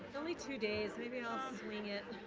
only two days. maybe i'll swing it,